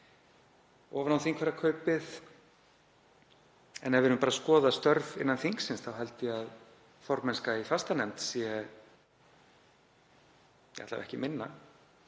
ofan á þingfararkaupið. En ef við erum bara að skoða störf innan þingsins þá held ég að formennska í fastanefnd sé alla vega ekki minna